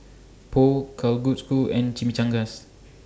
Pho Kalguksu and Chimichangas